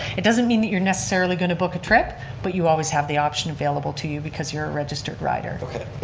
it doesn't mean that you're necessarily going to book a trip but you always have the option available to you because you're a registered rider. okay,